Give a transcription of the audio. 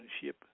ship